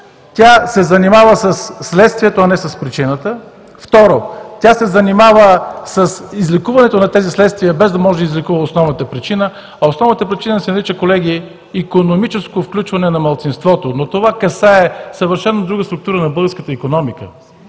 тя се занимава със следствието, а не с причината. Второ, тя се занимава с излекуването на тези следствия, без да може да излекува основната причина, а основната причина се нарича, колеги, „икономическо включване на малцинството“, но това касае съвършенно друга структура на българската икономика,